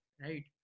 right